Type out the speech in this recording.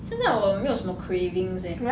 现在我没有什么 cravings eh